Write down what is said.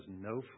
no